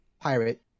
pirate